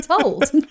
told